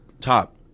top